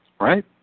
Right